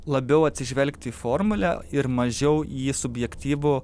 labiau atsižvelgti į formulę ir mažiau į subjektyvų